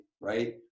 right